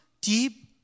deep